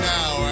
Now